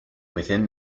within